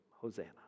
Hosanna